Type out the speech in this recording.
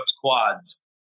quads